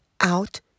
out